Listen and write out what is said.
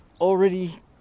already